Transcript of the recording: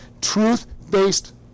truth-based